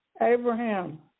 Abraham